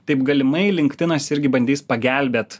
taip galimai linktinas irgi bandys pagelbėt